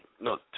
no